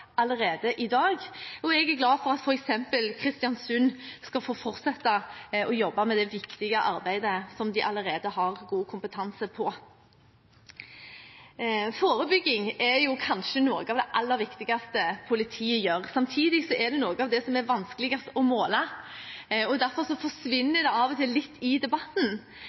allerede i dag, og jeg er glad for at f.eks. Kristiansund skal få fortsette med det viktige arbeidet som de allerede har god kompetanse på. Forebygging er kanskje noe av det aller viktigste politiet gjør. Samtidig er det noe av det som er vanskeligst å måle, og derfor forsvinner det av og til litt i debatten.